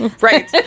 right